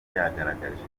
yagaragaje